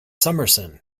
summerson